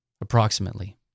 approximately